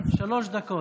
שלוש דקות.